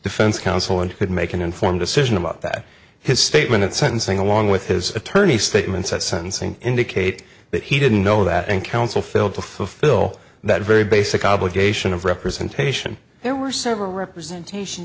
defense counsel and could make an informed decision about that his statement at sentencing along with his attorney statements at sentencing indicate that he didn't know that and counsel failed to fulfill that very basic obligation of representation there were several representation